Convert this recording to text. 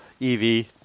EV